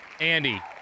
Andy